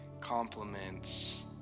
compliments